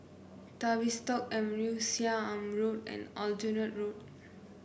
Tavistock Avenue Seah Im Road and Aljunied Road